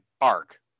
arc